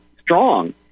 strong